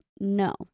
no